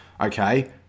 okay